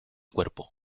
cuerpo